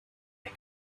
ihr